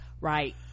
right